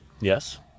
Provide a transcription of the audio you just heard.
Yes